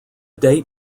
date